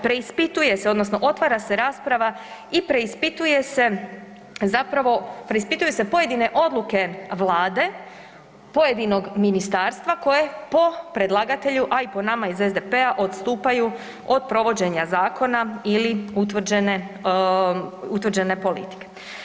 Preispituje se odnosno otvara se rasprava i preispituje se zapravo, preispituje se pojedine odluke Vlade, pojedinog ministarstva koje po predlagatelju, a i po nama iz SDP-a odstupaju od provođenja zakona ili utvrđene, utvrđene politike.